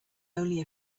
only